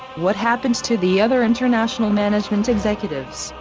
what happened to the other international management executives,